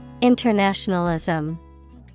Internationalism